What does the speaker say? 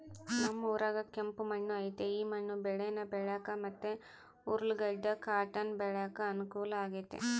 ನಮ್ ಊರಾಗ ಕೆಂಪು ಮಣ್ಣು ಐತೆ ಈ ಮಣ್ಣು ಬೇಳೇನ ಬೆಳ್ಯಾಕ ಮತ್ತೆ ಉರ್ಲುಗಡ್ಡ ಕಾಟನ್ ಬೆಳ್ಯಾಕ ಅನುಕೂಲ ಆಗೆತೆ